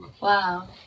Wow